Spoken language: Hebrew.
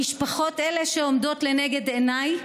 המשפחות הן שעומדות לנגד עיניי,